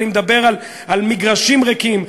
אני מדבר על מגרשים ריקים,